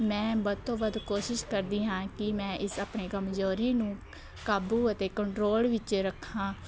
ਮੈਂ ਵੱਧ ਤੋਂ ਵੱਧ ਕੋਸ਼ਿਸ਼ ਕਰਦੀ ਹਾਂ ਕਿ ਮੈਂ ਇਸ ਆਪਣੇ ਕਮਜ਼ੋਰੀ ਨੂੰ ਕਾਬੂ ਅਤੇ ਕੰਟਰੋਲ ਵਿੱਚ ਰੱਖਾਂ